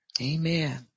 Amen